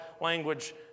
language